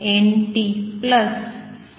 લખી શકું છું